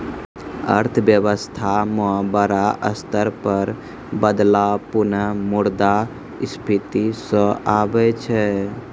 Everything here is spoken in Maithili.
अर्थव्यवस्था म बड़ा स्तर पर बदलाव पुनः मुद्रा स्फीती स आबै छै